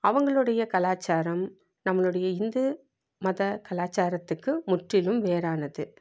அவங்களுடைய கலாச்சாரம் நம்மளுடைய இந்து மத கலாச்சாரத்துக்கு முற்றிலும் வேறானது